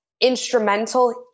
Instrumental